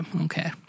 okay